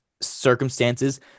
circumstances